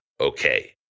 Okay